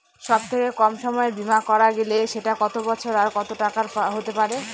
সব থেকে কম সময়ের বীমা করা গেলে সেটা কত বছর আর কত টাকার হতে পারে?